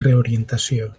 reorientació